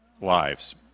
lives